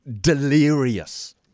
delirious